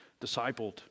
discipled